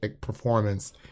performance